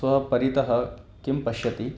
स्वपरितः किं पश्यति